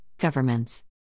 governments